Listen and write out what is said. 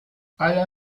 alle